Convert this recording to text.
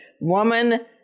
woman